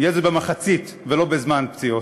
יהיה זה במחצית ולא בזמן פציעות.